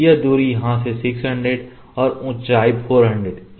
यह दूरी यहाँ से 600 है और ऊँचाई 400 है